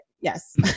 yes